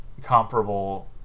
Comparable